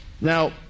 Now